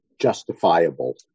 justifiable